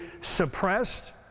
suppressed